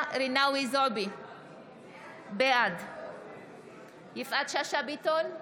בעד יפעת שאשא ביטון,